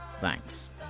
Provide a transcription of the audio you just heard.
Thanks